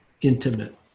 intimate